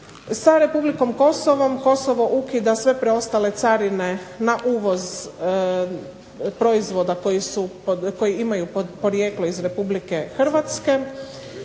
Sa Republikom Kosovo ukida sve preostale carine na uvoz proizvoda koji imaju porijeklo iz Republike Hrvatske.